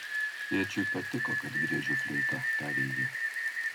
tėčiui patiko kad griežiu fleita tarė ji